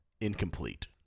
incomplete